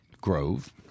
Grove